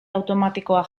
automatikoa